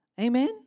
Amen